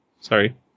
sorry